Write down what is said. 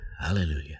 hallelujah